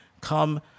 come